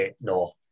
no